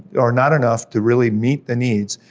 or not enough, to really meet the needs,